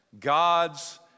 God's